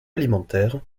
alimentaire